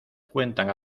cuentan